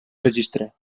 registre